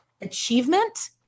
Achievement